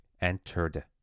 entered